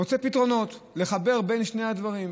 מוצאים פתרונות לחבר בין שני הדברים,